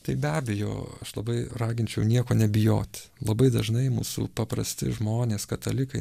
tai be abejo aš labai raginčiau nieko nebijoti labai dažnai mūsų paprasti žmonės katalikai